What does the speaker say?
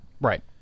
Right